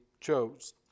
chose